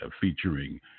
featuring